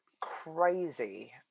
crazy